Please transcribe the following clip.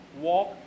walk